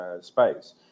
space